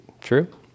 True